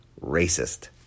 racist